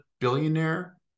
billionaire